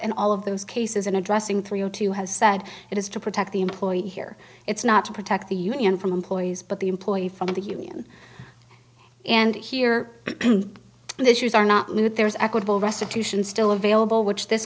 and all of those cases in addressing three o two has said it is to protect the employee here it's not to protect the union from employees but the employee from the union and here on issues are not new there's equitable restitution still available which this